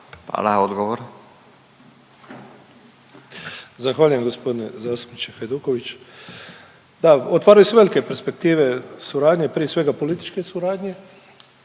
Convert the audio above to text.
Frano (HDZ)** Zahvaljujem g. zastupniče Hajduković. Da, otvaraju se velike perspektive suradnje prije svega političke suradnje